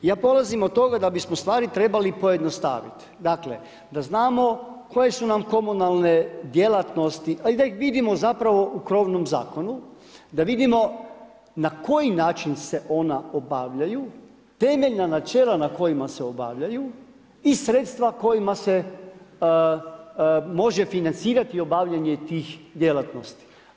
Ja polazim od toga da bismo stvari trebali pojednostaviti, dakle da znamo koje su nam komunalne djelatnosti, a i da ih vidimo zapravo u krovnom zakonu, da vidimo na koji način se ona obavljaju temeljna načela na kojima se obavljaju i sredstva kojima se može financirati obavljanje tih djelatnosti.